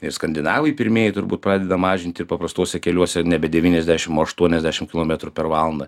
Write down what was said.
ir skandinavai pirmieji turbūt pradeda mažinti ir paprastuose keliuose nebe devyniasdešim o aštuoniasdešim kilometrų per valandą